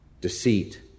deceit